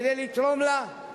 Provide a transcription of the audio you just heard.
כדי לתרום לה.